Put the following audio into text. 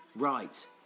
Right